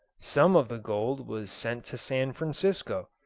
some of the gold was sent to san francisco,